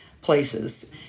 places